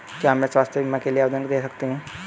क्या मैं स्वास्थ्य बीमा के लिए आवेदन दे सकती हूँ?